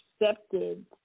accepted